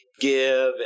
give